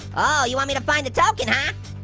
oh you want me to find the token, huh?